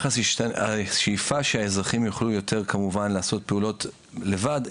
השאיפה שהאזרחים יוכלו יותר כמובן לעשות פעולות לבד.